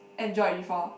Android before